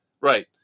right